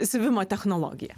siuvimo technologija